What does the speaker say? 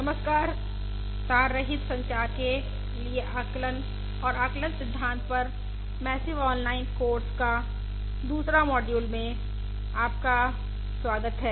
नमस्कार तार रहित संचार के लिए आकलन और आकलन सिद्धांत पर मैसिव ऑनलाइन कोर्स का दूसरे मॉड्यूल में आपका स्वागत है